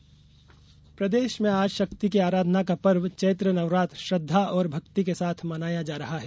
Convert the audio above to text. ग्डी पडवा प्रदेश में आज शक्ति की आराधरा का पर्व चैत्रनवरात्र श्रद्धा और भक्ति के साथ मनाया जा रहा है